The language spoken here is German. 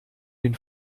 den